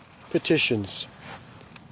petitions